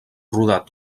rodat